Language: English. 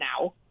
now